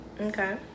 Okay